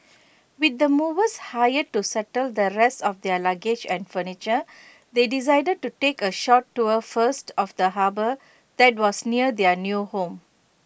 with the movers hired to settle the rest of their luggage and furniture they decided to take A short tour first of the harbour that was near their new home